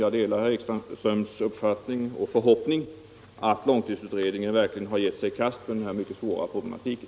Jag delar herr Ekströms förhoppning att långtidsutredningen verkligen har gett sig i kast med den här mycket svåra problematiken.